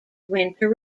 winter